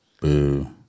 Boo